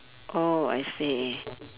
oh I see